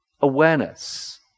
awareness